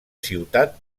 ciutat